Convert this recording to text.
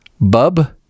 Bub